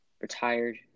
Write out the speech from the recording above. retired